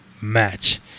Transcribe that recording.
match